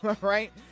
right